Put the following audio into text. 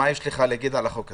מה יש לך להגיד על החוק הזה?